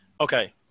okay